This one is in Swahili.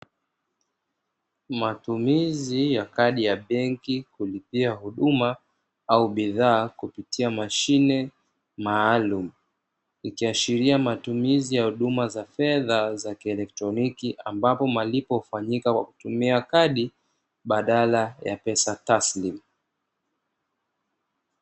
Matumizi ya kadi ya benki kulipia huduma au bidhaa kupitia mashine maalumu, ikiashiria matumizi ya huduma za fedha kielektroniki ambapo malipo hufanyika kutumia kadi badala ya pesa taslimu.